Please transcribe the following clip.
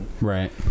Right